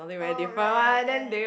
oh right right